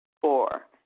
Four